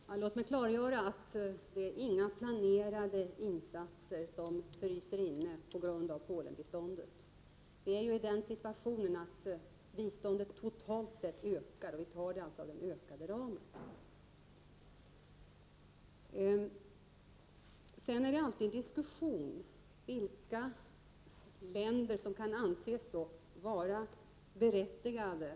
Herr talman! Låt mig klargöra att det inte är några planerade insatser som fryser inne på grund av Polenbiståndet. Vi är i den situationen att biståndet totalt sett ökar — vi talar alltså om den ökade ramen. Sedan förs alltid diskussioner om vilka länder som kan anses berättigade